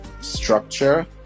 structure